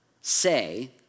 say